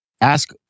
ask